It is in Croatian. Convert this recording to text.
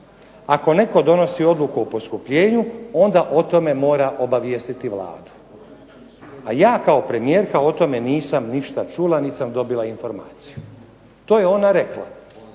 "Ako netko donosi odluku o poskupljenju onda o tome mora obavijestiti Vladu. A ja kao premijerka o tome nisam ništa čula niti sam dobila informaciju". To je ona rekla.